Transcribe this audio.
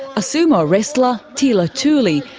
a sumo wrestler, teila tuli,